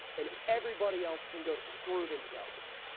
and everybody else can go screw themselves.